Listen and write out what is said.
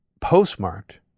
postmarked